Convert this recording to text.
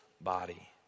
body